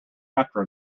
after